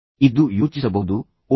ಇದು ಯೋಚಿಸಬಹುದು ಓಹ್